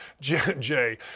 Jay